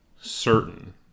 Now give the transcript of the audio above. certain